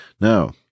Now